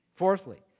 Fourthly